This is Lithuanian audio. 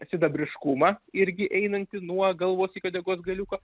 sidabriškumą irgi einantį nuo galvos iki uodegos galiuko